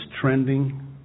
trending